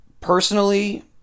personally